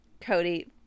Cody